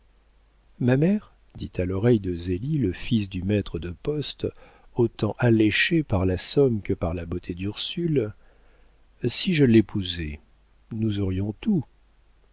ma mère dit à l'oreille de zélie le fils du maître de poste autant alléché par la somme que par la beauté d'ursule si je l'épousais nous aurions tout